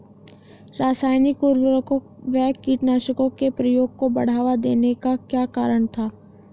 रासायनिक उर्वरकों व कीटनाशकों के प्रयोग को बढ़ावा देने का क्या कारण था?